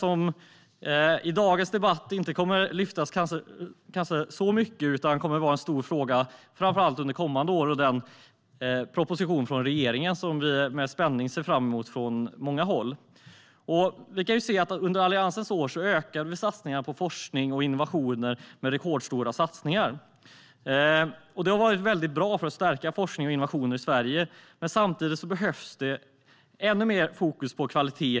I dagens debatt kommer det kanske inte att lyftas så mycket, men det kommer att vara en stor fråga framför allt under kommande år. Jag tänker också på den proposition från regeringen som vi från många håll med spänning ser fram emot. Under Alliansens år ökade vi satsningarna på forskning och innovationer. Det var rekordstora satsningar. Det har varit väldigt bra för att stärka forskning och innovationer i Sverige. Men samtidigt behövs det ännu mer fokus på kvalitet.